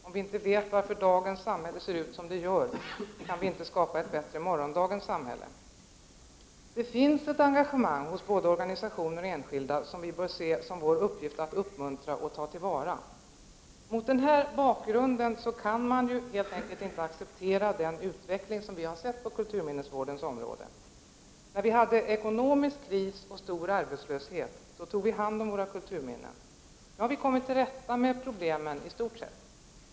Om vi inte vet varför dagens samhälle ser ut som det gör, kan vi inte skapa ett bättre morgondagens samhälle. Det finns ett engagemang hos såväl organisationer som enskilda som vi bör se som vår uppgift att uppmuntra och ta till vara. Mot den bakgrunden kan man helt enkelt inte acceptera den utveckling som vi har sett på kulturminnesvårdens område. När vi hade ekonomisk kris och stor arbetslöshet tog vi hand om våra kulturminnen. Nu har vi i stort sett kommit till rätta med problemen.